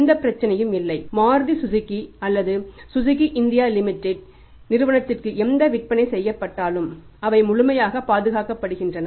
எந்த பிரச்சனையும் இல்லை மாருதி சுசுகி அல்லது சுசுகி இந்தியா லிமிடெட் நிறுவனத்திற்கு எந்த விற்பனை செய்யப்பட்டாலும் அவை முழுமையாகப் பாதுகாக்கப்படுகின்றன